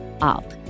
up